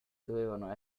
dovevano